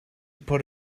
put